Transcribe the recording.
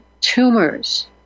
tumors